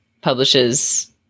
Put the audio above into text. publishes